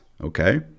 okay